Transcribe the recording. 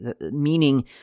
Meaning